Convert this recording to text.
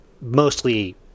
mostly